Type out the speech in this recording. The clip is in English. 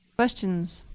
questions?